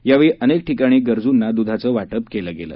यावेळी अनेक ठिकाणी गरजूंना दुधाचं वाटप केलं गेलं